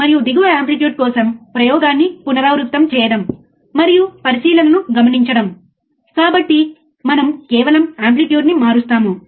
ఇప్పుడు వాస్తవానికి మీరు స్లీవ్ రేటును సరిగ్గా కొలవాలనుకుంటే అంటే ప్రయోగాత్మకంగా మనము స్లీవ్ రేటును కొలవాలనుకుంటున్నాము